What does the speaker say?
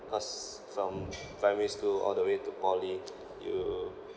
cause from primary school all the way to poly you